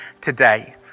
today